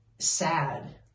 sad